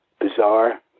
bizarre